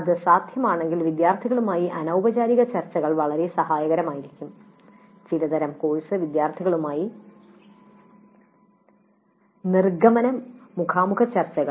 അത് സാധ്യമാണെങ്കിൽ വിദ്യാർത്ഥികളുമായി അനൌപചാരിക ചർച്ചകൾ വളരെ സഹായകരമാകും ചിലതരം കോഴ്സ് വിദ്യാർത്ഥികളുമായി നിർഗ്ഗമനമുഖാമുഖ ചർച്ചകൾ